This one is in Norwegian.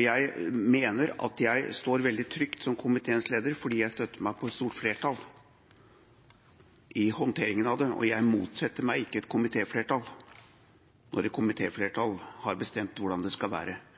Jeg mener at jeg står veldig trygt som komiteens leder, fordi jeg støtter meg på et stort flertall i håndteringen av det, og jeg motsetter meg ikke et komitéflertall. Når et komitéflertall har bestemt hvordan det skal være,